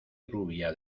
rubia